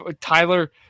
Tyler